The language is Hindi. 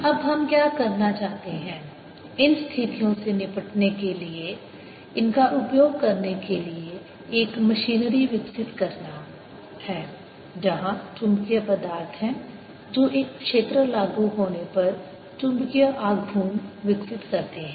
अब हम क्या करना चाहते हैं इन स्थितियों से निपटने के लिए इनका उपयोग करने के लिए एक मशीनरी विकसित करना है जहां चुंबकीय पदार्थ हैं जो एक क्षेत्र लागू होने पर चुंबकीय आघूर्ण विकसित करते हैं